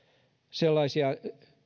sellaisia